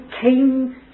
came